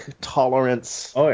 tolerance